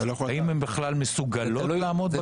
האם הן בכלל מסוגלות לעמוד בזה?